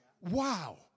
wow